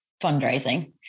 fundraising